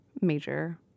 major